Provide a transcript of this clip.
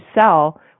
sell